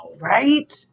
Right